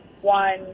one